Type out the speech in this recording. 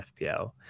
fpl